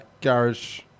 garage